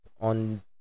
on